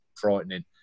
frightening